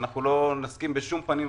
אין להם בית יותר,